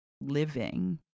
Living